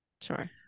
sure